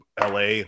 LA